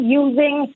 using